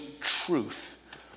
truth